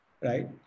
right